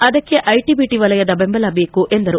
ಅದಕ್ಕೆ IT BT ವಲಯದ ಬೆಂಬಲ ಬೇಕು ಎಂದರು